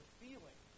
feeling